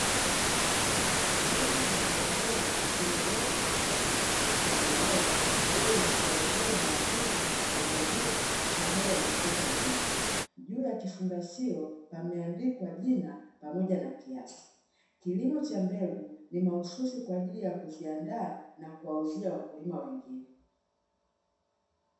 Mbegu za mbogamboga zimewekwa katika kifungashio cha nailoni ili zisiharibiwe na wadudu waharibifu pamoja na kupata unyevu, juu ya kifungashio pameandikwa jina pamoja na kiasi, kilimo cha mbegu ni mahususi kwa ajili ya kuziandaa na kuwauzia wakulima wengine.